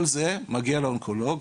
כל זה מגיע לאונקולוג,